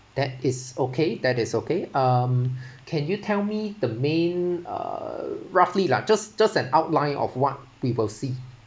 that is okay that is okay um can you tell me the main uh roughly lah just just an outline of what we will see